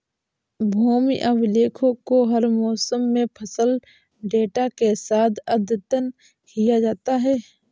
भूमि अभिलेखों को हर मौसम में फसल डेटा के साथ अद्यतन किया जाता है